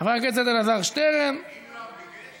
חבר הכנסת אלעזר שטרן, ואחריו,